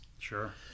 Sure